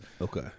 Okay